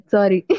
Sorry